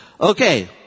Okay